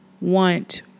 want